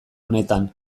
honetan